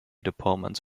departments